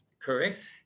Correct